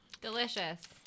Delicious